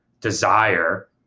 desire